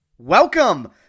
Welcome